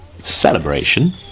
celebration